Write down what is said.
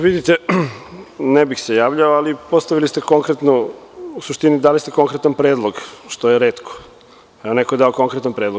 Vidite, ne bih se javljao, ali postavili ste konkretnu, u suštini dali ste konkretan predlog što je retko, neko je dao konkretan predlog.